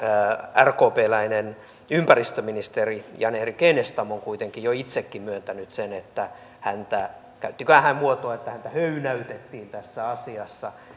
rkpläinen ympäristöministeri jan erik enestam on kuitenkin jo itsekin myöntänyt sen että häntä käyttiköhän hän tätä muotoa höynäytettiin tässä asiassa